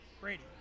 Brady